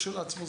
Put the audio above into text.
כשלעצמו,